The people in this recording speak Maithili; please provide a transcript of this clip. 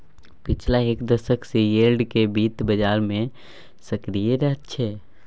पछिला एक दशक सँ यील्ड केँ बित्त बजार मे सक्रिय रहैत छै